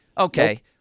Okay